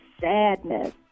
sadness